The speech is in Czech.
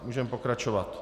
Můžeme pokračovat.